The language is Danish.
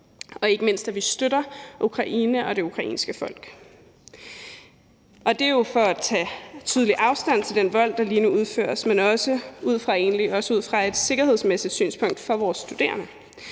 og ikke mindst at vi støtter Ukraine og det ukrainske folk, og det er jo for at tage tydeligt afstand fra den vold, der lige nu udføres, men egentlig også ud fra et sikkerhedsmæssigt synspunkt for vores studerende.